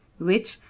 which,